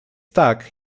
tak